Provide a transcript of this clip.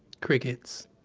crickets.